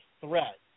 threat